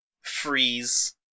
freeze